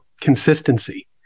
consistency